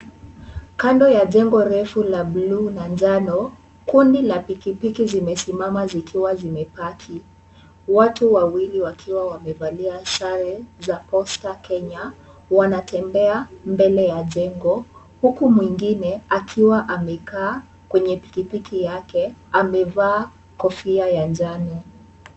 Kando ya jengo refu la blue na njano kundi la pikipiki zimesimama zikiwa zimepaki. Watu wawili wakiwa wamevalia sare za Posta Kenya wanatembea mbele ya jengo huku mwingine akiwa amekaa kwenye pikipiki yake amevaa kofia ya njano.